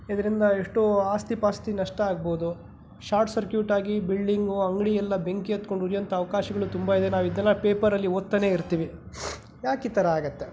ಇದರಿಂದ ಎಷ್ಟೋ ಆಸ್ತಿಪಾಸ್ತಿ ನಷ್ಟ ಆಗ್ಬೋದು ಶಾರ್ಟ್ ಸರ್ಕ್ಯೂಟ್ ಆಗಿ ಬಿಲ್ಡಿಂಗು ಅಂಗಡಿಯೆಲ್ಲ ಬೆಂಕಿ ಹತ್ಕೊಂಡ್ ಉರಿಯೋಂಥ ಅವಕಾಶಗಳು ತುಂಬ ಇದೆ ನಾವಿದನ್ನೆಲ್ಲ ಪೇಪರಲ್ಲಿ ಓದ್ತಾನೆ ಇರ್ತೀವಿ ಯಾಕೆ ಈಥರ ಆಗುತ್ತೆ